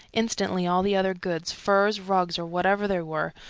instantly all the other goods, furs, rugs, or whatever they were,